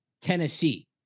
Tennessee